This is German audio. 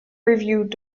review